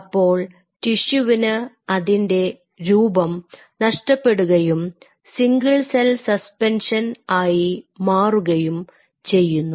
അപ്പോൾ ടിഷ്യുവിന് അതിൻറെ രൂപം നഷ്ടപ്പെടുകയും സിംഗിൾ സെൽ സസ്പെൻഷൻ ആയി മാറുകയും ചെയ്യുന്നു